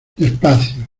despacio